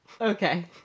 Okay